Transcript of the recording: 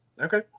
Okay